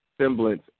semblance